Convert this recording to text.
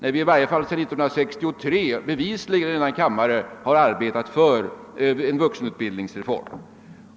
Vi har åtminstone sedan år 1963 bevisligen arbetat i denna kammare för en vuxenutbildningsreform.